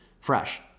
fresh